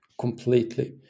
completely